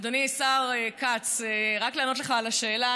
אדוני השר כץ, רק לענות לך על השאלה.